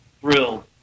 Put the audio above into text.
thrilled